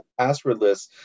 passwordless